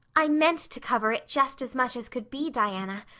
i meant to cover it just as much as could be, diana,